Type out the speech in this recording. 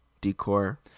decor